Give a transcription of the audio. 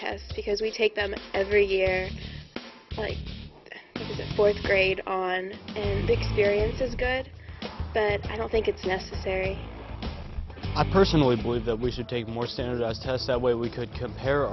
tests because we take them every year like fourth grade on experience is good but i don't think it's necessary i personally believe that we should take more standardized tests that way we could compare